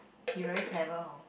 you very clever hor